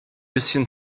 bisschen